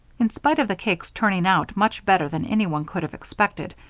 in spite of the cake's turning out much better than anyone could have expected,